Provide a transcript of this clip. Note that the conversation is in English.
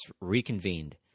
reconvened